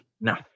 no